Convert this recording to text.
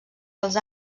als